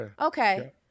Okay